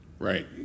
Right